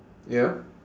ya